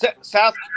South